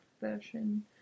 version